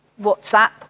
WhatsApp